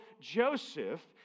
Joseph